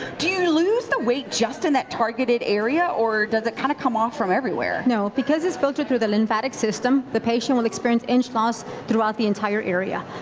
do you lose the weight just in that targeted area or does it kind of come off from everywhere? no, because it's filtered through the lymphatic system, the patient will experience inch loss throughout the entire area.